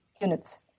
units